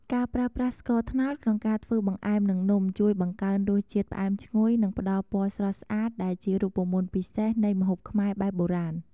ការប្រើប្រាស់ស្ករត្នោតក្នុងការធ្វើបង្អែម និងនំ ជួយបង្កើនរសជាតិផ្អែមឈ្ងុយ និងផ្ដល់ពណ៌ស្រស់ស្អាតដែលជារូបមន្តពិសេសនៃម្ហូបខ្មែរបែបបុរាណ។